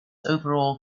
overall